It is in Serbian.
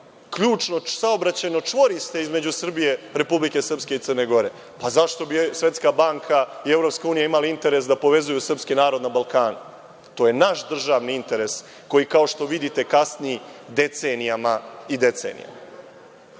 ključno saobraćajno čvorište između Srbije, Republike Srpske i Crne Gore. Pa, zašto bi Svetska banka i EU imale interes da povezuju srpski narod na Balkanu? To je naš državni interes, koji kao što vidite kasni decenijama i decenijama.